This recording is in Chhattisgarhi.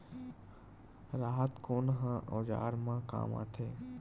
राहत कोन ह औजार मा काम आथे?